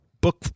book